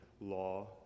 law